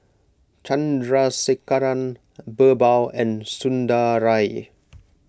Chandrasekaran Birbal and Sundaraiah